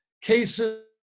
Cases